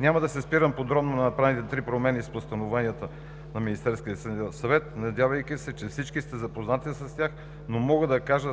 Няма да се спирам подробно на направените три промени с постановленията на Министерския съвет, надявайки се, че всички сте запознати с тях. Мога да кажа